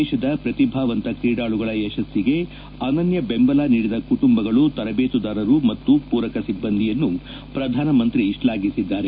ದೇಶದ ಪ್ರತಿಭಾವಂತ ಕ್ರೀಡಾಳುಗಳ ಯಶಸ್ಪಿಗೆ ಅನನ್ಯ ಬೆಂಬಲ ನೀಡಿದ ಕುಟುಂಬಗಳು ತರಬೇತುದಾರರು ಮತ್ತು ಪೂರಕ ಸಿಬ್ಬಂದಿಯನ್ನು ಸಹ ಪ್ರಧಾನಮಂತ್ರಿ ಶ್ಲಾಘಿಸಿದ್ದಾರೆ